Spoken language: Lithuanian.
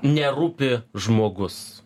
nerūpi žmogus